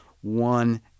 one